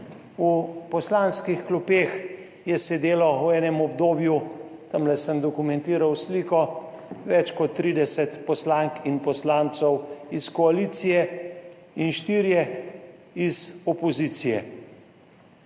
V poslanskih klopeh je sedelo v enem obdobju, tamle sem dokumentiral sliko, več kot 30 poslank in poslancev iz koalicije in štirje iz opozicije